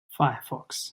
firefox